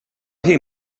ħin